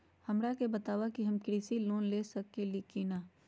हमरा के बताव कि हम कृषि लोन ले सकेली की न?